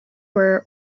were